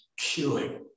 queuing